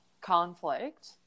conflict